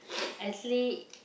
actually